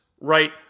right